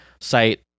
site